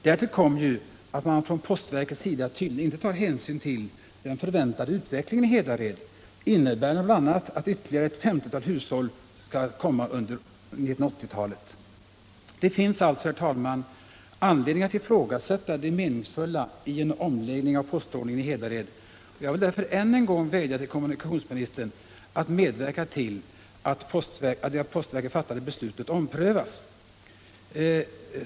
Dessutom har man från postverkets sida tydligen inte tagit hänsyn till den förväntade utvecklingen i Hedared, innebärande bl.a. att ytterligare ett 50-tal hushåll tillkommer under 1980-talet. Det finns alltså, herr talman, anledning att ifrågasätta det meningsfulla i en omläggning av postordningen i Hedared. Jag vill därför än en gång vädja till kommunikationsministern att medverka till att det av postverket fattade beslutet omprövas.